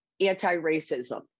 anti-racism